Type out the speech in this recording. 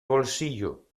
bolsillo